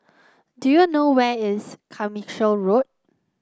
do you know where is Carmichael Road